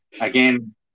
again